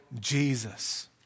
Jesus